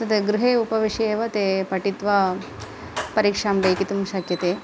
तद् गृहे उपविश्य एव ते पठित्वा परीक्षां लेखितुं शक्यते